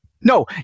No